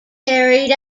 carried